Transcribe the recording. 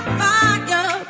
fire